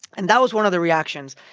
and that was one of the reactions.